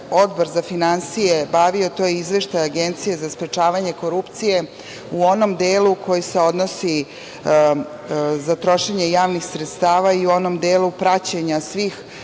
Odbor za finansije bavio to je Izveštaj Agencije za sprečavanje korupcije u onom delu koji se odnosi za trošenje javnih sredstava i u onom delu praćenja svih